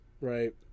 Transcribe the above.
right